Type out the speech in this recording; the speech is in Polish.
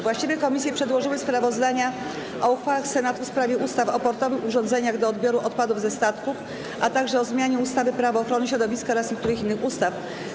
Właściwe komisje przedłożyły sprawozdania o uchwałach Senatu w sprawie ustaw: - o portowych urządzeniach do odbioru odpadów ze statków, - o zmianie ustawy - Prawo ochrony środowiska oraz niektórych innych ustaw.